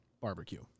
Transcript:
Barbecue